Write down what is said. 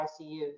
ICUs